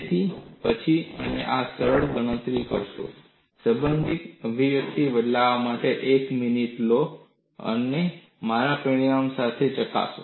તેથી પછી અને ત્યાં આ સરળ ગણતરીઓ કરો સંબંધિત અભિવ્યક્તિમાં તેને બદલવા માટે એક મિનિટ લો અને મારા પરિણામ સાથે તેને ચકાસો